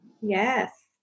Yes